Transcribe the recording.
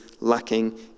lacking